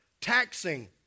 taxing